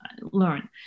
learn